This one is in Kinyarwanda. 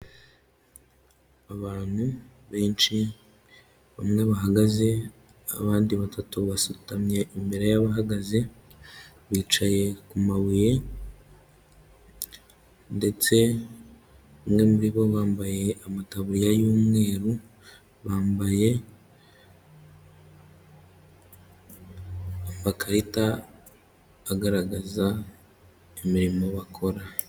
Abantu benshi bamwe bahagaze abandi batatu basutamye imbere y'abahagaze bicaye ku mabuye ndetse umwe muri bo bambaye amatabu y'umweru bambaye amakarita agaragaza imirimo bakora.